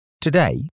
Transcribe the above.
Today